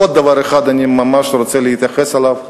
עוד דבר אחד שאני ממש רוצה להתייחס אליו.